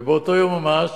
ובאותו יום ממש